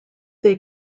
they